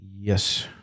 Yes